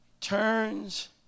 turns